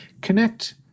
Connect